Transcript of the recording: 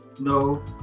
No